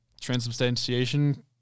Transubstantiation